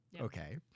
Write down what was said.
Okay